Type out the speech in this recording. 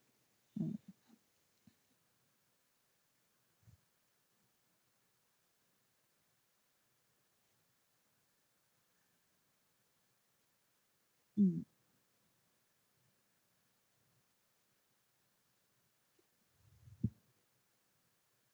mm mm